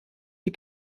die